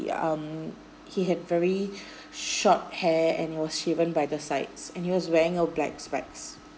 yeah um he had very short hair and was shaven by the sides and he was wearing a black specs